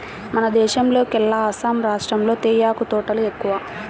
మన దేశంలోకెల్లా అస్సాం రాష్టంలో తేయాకు తోటలు ఎక్కువ